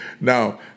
Now